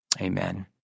Amen